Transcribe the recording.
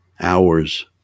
hours